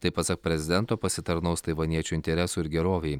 tai pasak prezidento pasitarnaus taivaniečių interesui ir gerovei